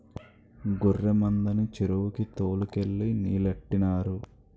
గొర్రె మందని చెరువుకి తోలు కెళ్ళి నీలెట్టినారు